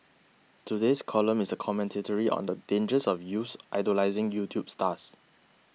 today's column is a commentary on the dangers of youths idolising YouTube stars